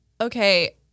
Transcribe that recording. Okay